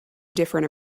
different